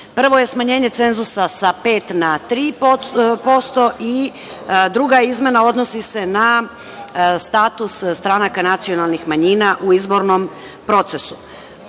Prvo je smanjenje cenzusa sa 5% na 3% i druga izmena odnosi se na status stranaka nacionalnih manjina u izbornom procesu. Dakle,